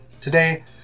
Today